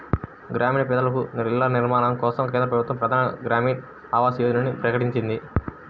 గ్రామీణ పేద ప్రజలకు ఇళ్ల నిర్మాణం కోసం కేంద్ర ప్రభుత్వం ప్రధాన్ మంత్రి గ్రామీన్ ఆవాస్ యోజనని ప్రకటించింది